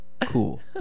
cool